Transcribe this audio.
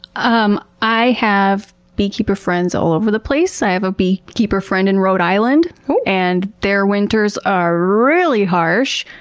um i have beekeeper friends all over the place. i have a beekeeper friend in rhode island and their winters are really harsh.